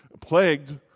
plagued